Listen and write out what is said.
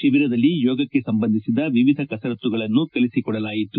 ಶಿಬಿರದಲ್ಲಿ ಯೋಗಕ್ಕೆ ಸಂಬಂಧಿಸಿದ ವಿವಿಧ ಕಸರತ್ತುಗಳನ್ನು ಕಲಿಸಿಕೊಡಲಾಯಿತು